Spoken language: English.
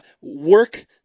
work